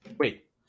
Wait